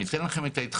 ותראי את התוצאות